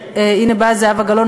והנה באה זהבה גלאון,